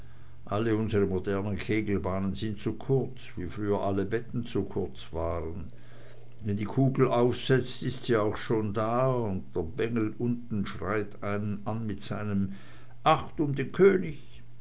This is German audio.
alle unsre modernen kegelbahnen sind zu kurz wie früher alle betten zu kurz waren wenn die kugel aufsetzt ist sie auch schon da und der bengel unten schreit einen an mit seinem acht um den könig